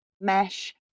mesh